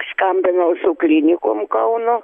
skambinau su klinikom kauno